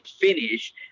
finish